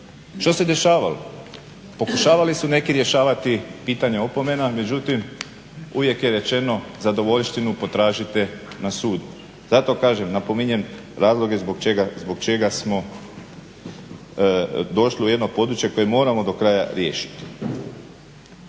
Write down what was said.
Što se dešavalo, pokušavali su neki rješavati pitanje opomena, međutim uvijek je rečeno zadovoljštinu potražite na sudu. Zato kažem, napominjem razloge zbog čega smo došli u jedno područje koje moramo do kraja riješiti.